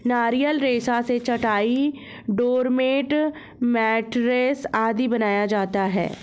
नारियल रेशा से चटाई, डोरमेट, मैटरेस आदि बनाया जाता है